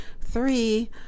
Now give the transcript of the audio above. three